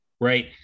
right